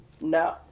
No